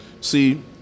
see